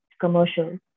commercial